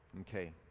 Okay